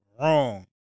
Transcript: wrong